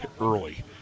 Early